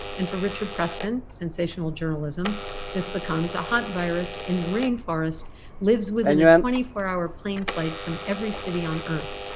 and for richard preston sensational journalism this becomes a hot virus in the rainforests lives within a twenty four hour plane flight from every city on earth.